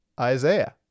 Isaiah